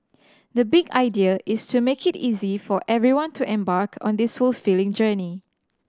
the big idea is to make it easy for everyone to embark on this fulfilling journey